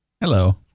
Hello